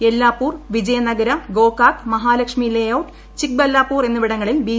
Yellapur Vijayanagara Gokak Mahalakshmi layout Chikballapur എന്നിവിടങ്ങളിൽ B